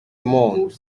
monde